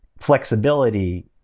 flexibility